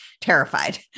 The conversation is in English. terrified